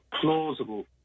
plausible